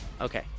Okay